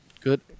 Good